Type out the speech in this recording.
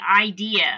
idea